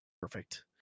perfect